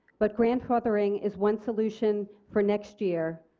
but grandfathering is one solution for next year.